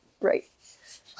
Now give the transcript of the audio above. right